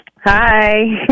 Hi